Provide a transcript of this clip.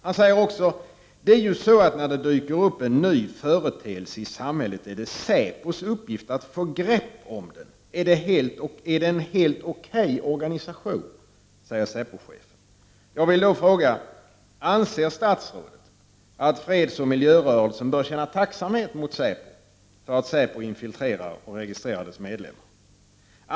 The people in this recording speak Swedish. Han säger också: Det är ju så att när det dyker upp en ny företeelse i samhället är det säpos uppgift att få grepp om den, är det en helt O.K. organisation? Anser statsrådet att fredsoch miljörörelsen bör känna tacksamhet mot säpo för att säpo infiltrerar den och registrerar dess medlemmar?